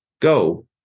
Go